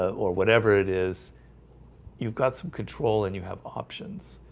or whatever it is you've got some control and you have options